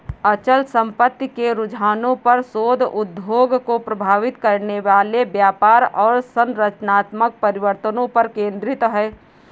अचल संपत्ति के रुझानों पर शोध उद्योग को प्रभावित करने वाले व्यापार और संरचनात्मक परिवर्तनों पर केंद्रित है